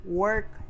work